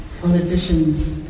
politicians